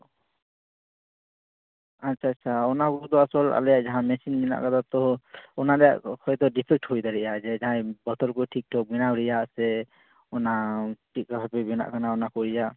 ᱟᱪᱪᱷᱟ ᱟᱪᱪᱷᱟ ᱚᱱᱟᱠᱚᱫᱚ ᱟᱥᱚᱞ ᱟᱞᱮᱭᱟᱜ ᱡᱟᱦᱟᱸ ᱢᱮᱥᱤᱱ ᱢᱮᱱᱟᱜ ᱠᱟᱫᱟ ᱛᱚ ᱚᱱᱟ ᱨᱮᱭᱟᱜ ᱦᱚᱭᱛᱚ ᱰᱤᱯᱷᱮᱠᱴ ᱦᱩᱭ ᱫᱟᱲᱮᱭᱟᱜᱼᱟ ᱡᱮ ᱡᱟᱦᱟᱸᱭ ᱵᱚᱛᱚᱞ ᱠᱚ ᱴᱷᱤᱠᱼᱴᱷᱟᱠ ᱵᱮᱱᱟᱣ ᱨᱮᱭᱟᱜ ᱥᱮ ᱚᱱᱟ ᱪᱮᱫᱠᱟ ᱵᱷᱟᱵᱮ ᱵᱮᱱᱟᱜ ᱠᱟᱱᱟ ᱚᱱᱟᱠᱚ